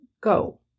Go